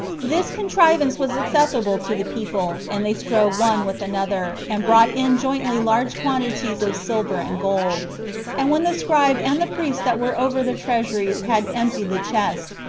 this contrivance was acceptable to the people, and they strove one with another, and brought in jointly large quantities of silver and gold and when the scribe and the priest that were over the treasuries had emptied the chest,